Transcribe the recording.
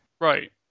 Right